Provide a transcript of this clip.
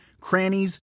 crannies